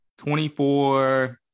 24